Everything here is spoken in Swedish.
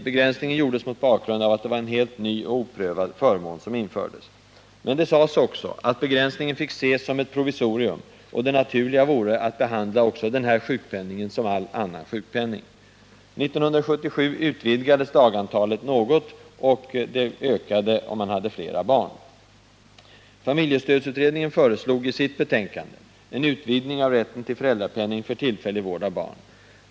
; Begränsningen gjordes mot bakgrund av att det gällde en helt ny och oprövad förmån. Det sades också att begränsningen fick ses som ett provisorium och att det naturliga vore att behandla också denna sjukpenning som all annan sjukpenning. Familjestödsutredningen föreslog i sitt betänkande en utvidgning av rätten till föräldrapenning för tillfällig vård av barn.